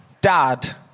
dad